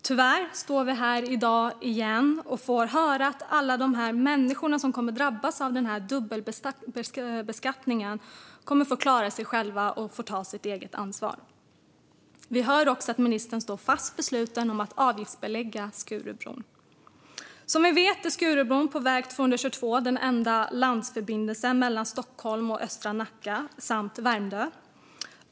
Tyvärr står vi här i dag igen och får höra att alla de människor som kommer att drabbas av den här dubbelbeskattningen kommer att få klara sig själva och får ta sitt eget ansvar. Vi hör också att ministern är fast besluten om att avgiftsbelägga Skurubron. Som vi vet är Skurubron på väg 222 den enda landförbindelsen mellan Stockholm och östra Nacka samt Värmdö.